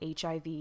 HIV